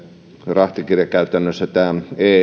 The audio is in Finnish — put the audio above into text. rahtikirjakäytännöissä tämä ecmr